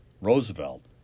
Roosevelt